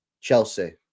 chelsea